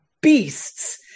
beasts